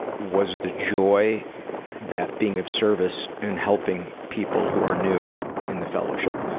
was the joy that being of service and helping people who are new in the fellowship,